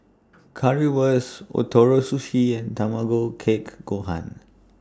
Currywurst Ootoro Sushi and Tamago Kake Gohan